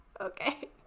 Okay